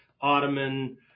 ottoman